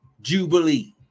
jubilee